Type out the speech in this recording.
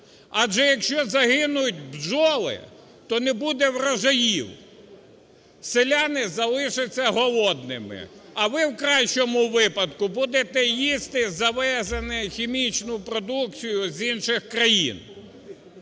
Адже, якщо загинуть бджоли, то не буде врожаїв, селяни залишаться голодними, а ви в кращому випадку будете їсти завезену хімічну продукцію з інших країн.